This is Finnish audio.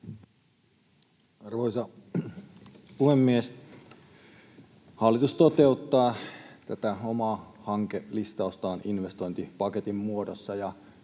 Arvoisa puhemies! Hallitus toteuttaa tätä omaa hankelistaustaan investointipaketin muodossa,